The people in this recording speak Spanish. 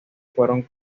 fueron